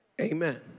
Amen